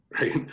right